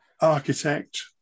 architect